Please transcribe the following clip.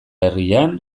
herrian